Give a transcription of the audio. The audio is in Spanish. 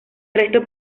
resto